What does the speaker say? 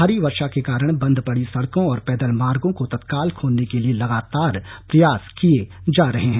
भारी वर्षा के कारण बंद पड़ी सड़कों और पैदल मार्गो को तत्काल खोलने के लिए लगातार प्रयास किए जा रहे हैं